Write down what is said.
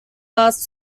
arts